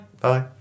Bye